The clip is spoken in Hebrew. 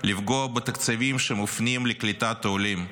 לפגוע בתקציבים שמופנים לקליטת העולים,